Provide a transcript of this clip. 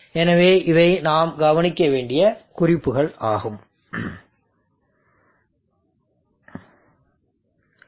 எனவே இவை நாம் கவனிக்க வேண்டிய குறிப்புகள் ஆகும்